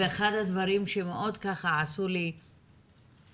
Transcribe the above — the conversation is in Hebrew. ואחד הדברים ששמתי לב אליהם היה